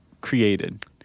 created